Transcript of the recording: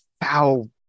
foul